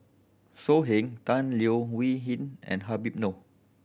So Heng Tan Leo Wee Hin and Habib Noh